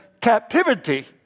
captivity